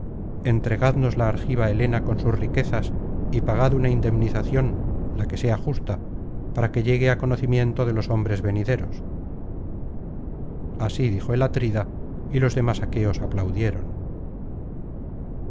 entregadnos la argiva helena con svfs riquezas y pagad una indemnización la que sea justa para que llegue á conocimiento de los hombres venideros así dijo el atrida y los demás aqueos aplaudieron